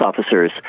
officers